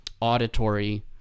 auditory